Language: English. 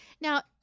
Now